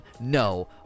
No